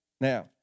Now